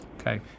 Okay